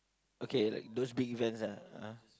okay like those big event ah !huh!